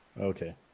Okay